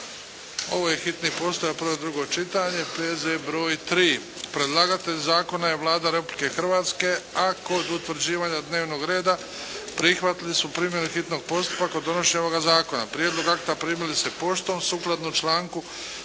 zakona, hitni postupak, prvo i drugo čitanje, P.Z.br. 3 Predlagatelj zakona je Vlada Republike Hrvatske, a kod utvrđivanja dnevnog reda prihvatili su primjenu hitnog postupka kod donošenja ovog zakona. Prijedlog akta primili ste poštom. Sukladno članku